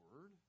word